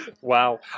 wow